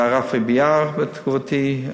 היה רפי ביאר בתקופתי,